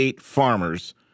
farmers